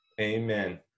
amen